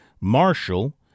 Marshall